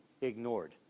ignored